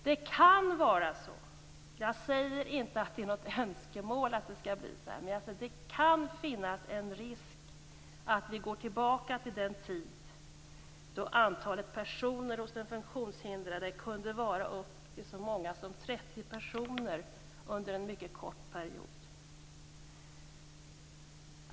Det kan finnas - jag säger inte att det är något önskemål - en risk att vi går tillbaka till den tid då antalet personer hos den funktionshindrade kunde vara upp till så många som 30 under en mycket kort period.